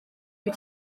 wyt